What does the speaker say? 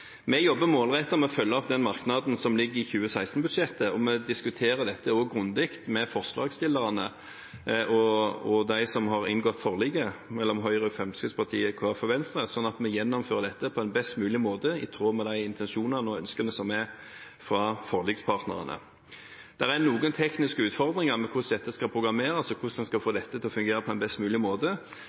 Vi jobber målrettet med å følge opp den merknaden som ligger i 2016-budsjettet, og vi diskuterer også dette grundig med forslagsstillerne og med dem som har inngått forliket mellom Høyre, Fremskrittspartiet, Kristelig Folkeparti og Venstre, slik at vi gjennomfører dette på en best mulig måte i tråd med de intensjonene og ønskene som er fra forlikspartnerne. Det er noen tekniske utfordringer med hvordan dette skal programmeres, og hvordan man skal få det til å fungere på en best mulig måte,